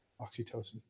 Oxytocin